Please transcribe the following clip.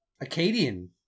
Acadian